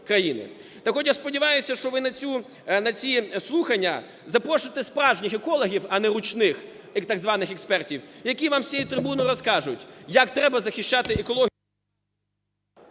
Так от я сподіваюся, що ви на ці слухання запросите справжніх екологів, а не ручних так званих експертів, які вам з цієї трибуни розкажуть, як треба захищати екологію…